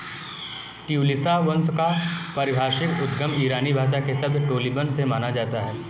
ट्यूलिया वंश का पारिभाषिक उद्गम ईरानी भाषा के शब्द टोलिबन से माना जाता है